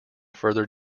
further